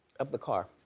of the car.